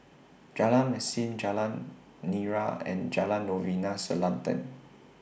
Jalan Mesin Jalan Nira and Jalan Novena Selatan